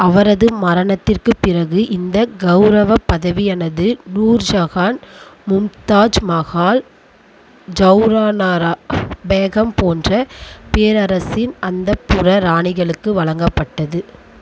அவரது மரணத்திற்குப் பிறகு இந்த கௌரவப் பதவியானது நூர்ஜஹான் மும்தாஜ் மஹால் ஜவ்ஹானாரா பேகம் போன்ற பேரரசின் அந்தப்புற ராணிகளுக்கு வழங்கப்பட்டது